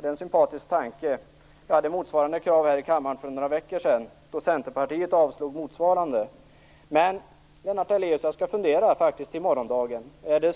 Det är en sympatisk tanke. Jag hade motsvarande krav här i kammaren för några veckor sedan då Centerpartiet avslog motsvarande. Men, Lennart Daléus, jag skall fundera till i morgon.